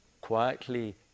quietly